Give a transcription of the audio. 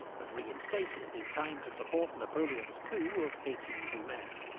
but reinstated in time to support napoleon's coup of eighteen brumaire.